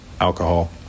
alcohol